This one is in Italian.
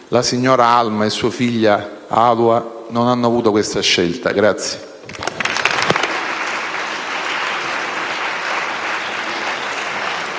La signor Alma e sua figlia Alua non hanno avuto questa scelta.